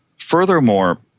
furthermore,